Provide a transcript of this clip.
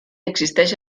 existeix